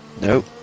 Nope